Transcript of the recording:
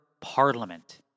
parliament